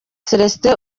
celestin